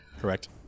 Correct